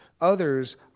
Others